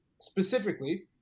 specifically